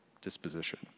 disposition